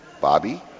Bobby